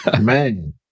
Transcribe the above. Man